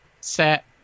set